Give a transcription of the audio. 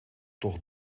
toch